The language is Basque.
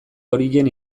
horien